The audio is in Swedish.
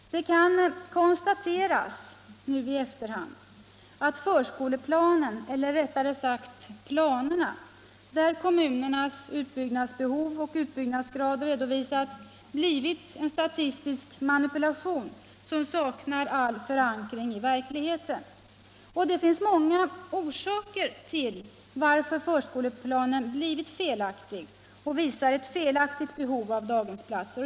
Det kan konstateras att förskoleplanerna, i vilka kommunernas utbyggnadsbehov och utbyggnadsgrad redovisas, blivit en statistisk manipulation som saknar all förankring i verkligheten. Det finns många orsaker till att en förskoleplan blivit felaktig och anger ett felaktigt behov av daghemsplatser.